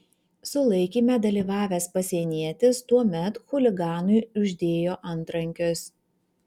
sulaikyme dalyvavęs pasienietis tuomet chuliganui uždėjo antrankius